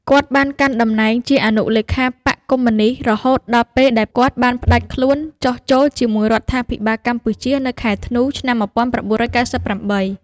គាត់ បានកាន់តំណែងជាអនុលេខាបក្សកុម្មុយនិស្តរហូតដល់ពេលដែលគាត់បានផ្តាច់ខ្លួនចុះចូលជាមួយរដ្ឋាភិបាលកម្ពុជា នៅខែធ្នូ ឆ្នាំ១៩៩៨។